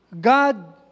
God